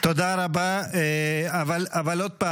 אבל כדי שזה יקרה